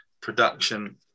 production